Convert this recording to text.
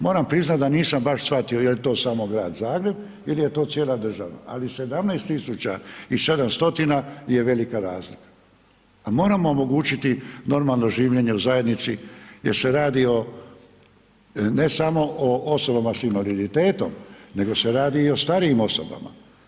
Moram priznati da nisam baš shvatio jel to samo Grad Zagreb ili je to cijela država, ali ali 17 000 i 700 je velika razlika a moramo omogućiti normalno življenje u zajednici jer se radi ne samo o osobama sa invaliditetom, nego se radi i o starijim osobama.